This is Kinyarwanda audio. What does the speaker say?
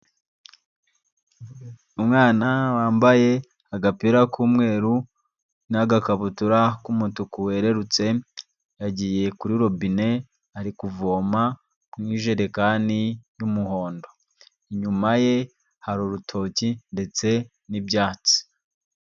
Umwana wambaye agapira k'umweru n'agakabutura k'umutuku wererutse, yagiye kuri robine ari kuvoma kumwe ijerekani y'umuhondo, inyuma ye hari urutoki ndetse n'ibyatsi.